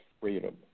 freedom